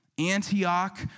Antioch